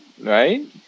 Right